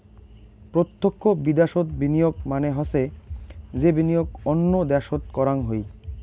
প্রতক্ষ বিদ্যাশোত বিনিয়োগ মানে হসে যে বিনিয়োগ অন্য দ্যাশোত করাং হই